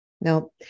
No